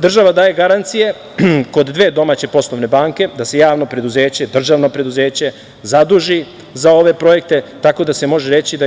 Država daje garancije kod dve domaće poslovne banke da se javno preduzeće, državno preduzeće zaduži za ove projekte, tako da se može reći